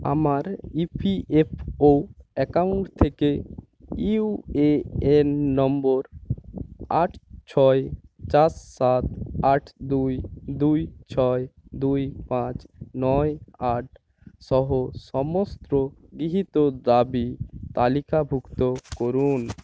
আমার EPFO account থেকে UAN number আট ছয় চার সাত আট দুই দুই ছয় দুই পাঁচ নয় আট সহ সমস্ত গৃহীত দাবি তালিকাভুক্ত করুন